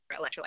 electrolyte